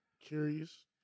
Curious